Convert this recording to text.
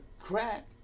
crack